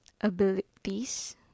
abilities